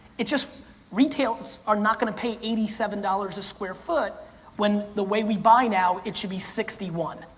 it's just retailers are not gonna pay eighty seven dollars a square foot when the way we buy now, it should be sixty one,